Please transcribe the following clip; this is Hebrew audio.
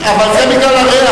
אבל זה בגלל הריח,